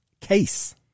Case